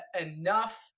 enough